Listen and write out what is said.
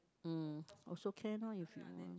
mm also can loh if you